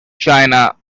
china